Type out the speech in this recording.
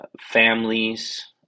families